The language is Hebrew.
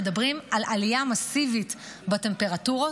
על עלייה מסיבית בטמפרטורות,